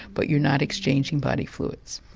but you're not exchanging body fluids.